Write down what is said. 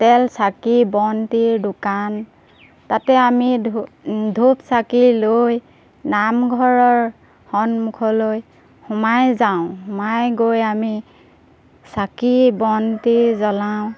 তেল চাকি বন্তিৰ দোকান তাতে আমি ধূপ চাকি লৈ নামঘৰৰ সন্মুখলৈ সোমাই যাওঁ সোমাই গৈ আমি চাকি বন্তি জ্বলাওঁ